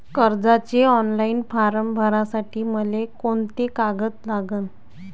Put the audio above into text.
कर्जाचे online form भरासाठी मले कोंते कागद लागन?